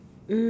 mm